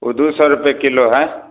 उ दू सए रुपैये किलो हय